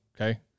okay